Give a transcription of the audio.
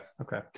Okay